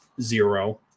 zero